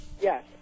Yes